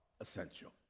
essential